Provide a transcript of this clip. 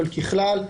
אבל ככלל,